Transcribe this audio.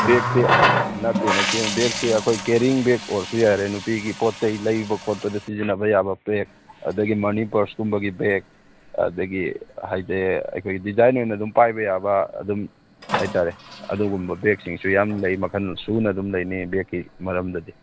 ꯕꯦꯒꯁꯦ ꯅꯠꯇꯦ ꯅꯠꯇꯦ ꯕꯦꯒꯁꯦ ꯑꯩꯈꯣꯏ ꯀꯦꯔꯤꯌꯤꯡ ꯕꯦꯒ ꯑꯣꯏꯔꯁꯨ ꯌꯥꯔꯦ ꯅꯨꯄꯤꯒꯤ ꯄꯣꯠ ꯆꯩ ꯂꯩꯕ ꯈꯣꯠꯄꯗ ꯁꯤꯖꯤꯟꯅꯕ ꯌꯥꯕ ꯕꯦꯚ ꯑꯗꯨꯗꯒꯤ ꯃꯅꯤ ꯄꯔ꯭ꯁ ꯀꯨꯝꯕ ꯕꯦꯒ ꯑꯗꯨꯗꯒꯤ ꯍꯥꯏꯗꯤ ꯑꯩꯈꯣꯏ ꯗꯤꯖꯥꯏꯟ ꯑꯣꯏꯅ ꯑꯗꯨꯝ ꯄꯥꯏꯕ ꯌꯥꯕ ꯑꯗꯨꯝ ꯍꯥꯏꯇꯥꯔꯦ ꯑꯗꯨꯒꯨꯝꯕ ꯕꯦꯒꯁꯤꯡꯁꯨ ꯌꯥꯝ ꯂꯩ ꯃꯈꯜ ꯁꯨꯅ ꯑꯗꯨꯝ ꯂꯩꯅꯤ ꯕꯦꯒꯀꯤ ꯃꯔꯝꯗꯗꯤ